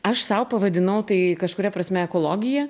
aš sau pavadinau tai kažkuria prasme ekologija